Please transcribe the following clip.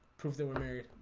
proof they were married.